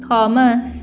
Thomas